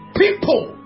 people